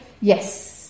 Yes